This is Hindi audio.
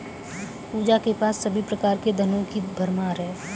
पूजा के पास सभी प्रकार के धनों की भरमार है